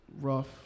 rough